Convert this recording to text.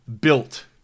built